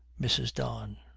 mrs. don.